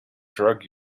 drug